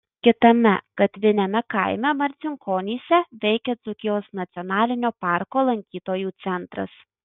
kitame gatviniame kaime marcinkonyse veikia dzūkijos nacionalinio parko lankytojų centras